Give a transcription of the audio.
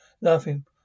Laughing